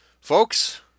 Folks